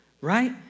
right